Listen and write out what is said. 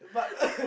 but